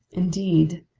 indeed,